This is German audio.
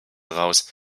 heraus